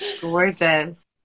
gorgeous